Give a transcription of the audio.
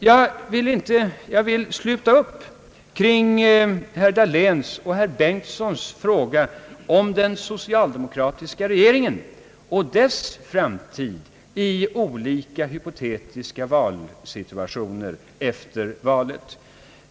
Jag vill också ansluta mig till herr Dahléns och herr Bengtsons fråga om den = socialdemokratiska regeringens framtid i olika hypotetiska situationer efter valet.